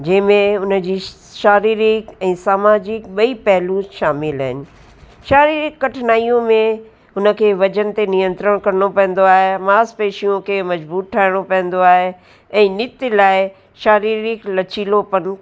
जंहिंमें उन जी शारीरिक ऐं सामाजिक ॿई पहिलू शामिलु आहिनि शारीरिक कठिनायूं में हुन खे वजन ते नियंत्रण करिणो पवंदो आहे मासपेशियो खे मज़बूत ठाहिणो पवंदो आहे ऐं नित लाइ शारीरिक लचीलोपन